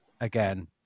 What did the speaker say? again